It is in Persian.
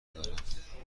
دارم